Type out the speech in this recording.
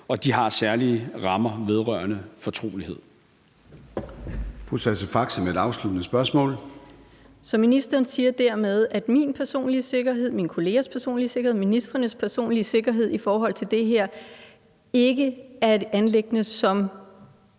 og de har særlige rammer vedrørende fortrolighed.